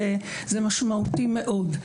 זה משמעותי מאוד.